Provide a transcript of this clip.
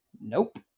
nope